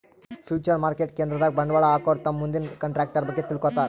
future market ಕೇಂದ್ರದಾಗ್ ಬಂಡವಾಳ್ ಹಾಕೋರು ತಮ್ ಮುಂದಿನ ಕಂಟ್ರಾಕ್ಟರ್ ಬಗ್ಗೆ ತಿಳ್ಕೋತಾರ್